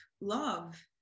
love